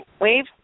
wave